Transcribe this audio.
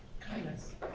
Kindness